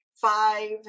five